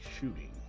shooting